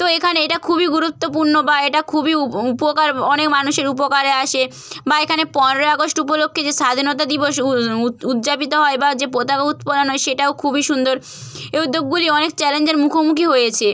তো এখানে এটা খুবই গুরুত্বপূর্ণ বা এটা খুবই উপকার অনেক মানুষের উপকারে আসে বা এখানে পনেরোই আগস্ট উপলক্ষে যে স্বাধীনতা দিবস উজ্জাপিত হয় বা যে পতাকা উত্তোলন হয় সেটাও খুবই সুন্দর এই উদ্যোগগুলি অনেক চ্যালেঞ্জের মুখোমুখি হয়েছে